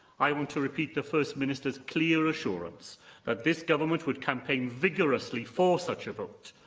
i want to repeat the first minister's clear assurance that this government would campaign vigorously for such a vote,